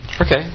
Okay